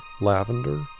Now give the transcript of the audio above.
Lavender